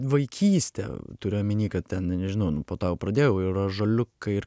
vaikystė turiu omeny kad ten nežinau nu po to jau pradėjau ir ąžuoliukai ir